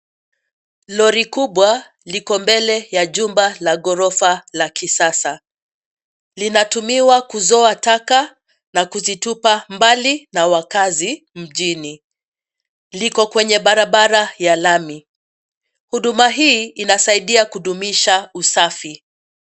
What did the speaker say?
Lori kubwa, liko mbele ya jumba la ghorofa la kisasa. Linatumiwa kuzoa taka, na kuzitupa mbali na wakaazi mjini. Liko kwenye barabara ya lami. Huduma hii, inasaidia kudumisha usafi.